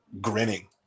grinning